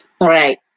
Right